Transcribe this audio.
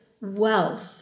wealth